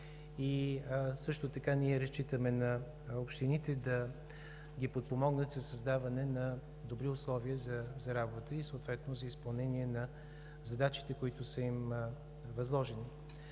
също така ние разчитаме на общините да ги подпомогнат със създаване на добри условия за работа и съответно за изпълнение на задачите, които са им възложени.